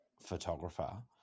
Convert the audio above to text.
photographer